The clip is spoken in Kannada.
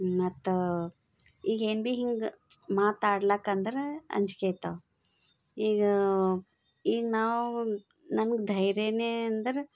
ಮತ್ತು ಈಗ ಏನು ಭೀ ಹಿಂಗೆ ಮಾತಾಡ್ಲಿಕ್ಕೆಂದ್ರೆ ಅಂಜಿಕೆ ಆಯ್ತವ ಈಗ ಈಗ ನಾವು ನಂಗೆ ಧೈರ್ಯವೇ ಅಂದರೆ